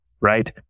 right